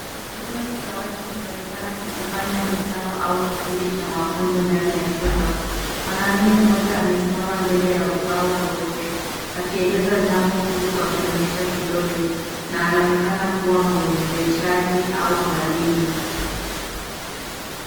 Kikundi cha watu kinaonekana kikifanya mkutano au kipindi cha mafunzo ndani ya chumba. Mwanaume mmoja amesimama mbele ya ubao mweupe akieleza jambo huku akionyesha kidole na anaonekana kuwa mwezeshaji au mwalimu.